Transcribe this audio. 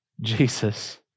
Jesus